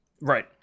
Right